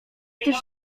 też